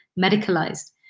medicalized